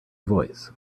voice